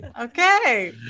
okay